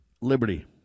liberty